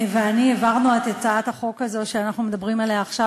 ואני העברנו את הצעת החוק הזאת שאנחנו מדברים עליה עכשיו,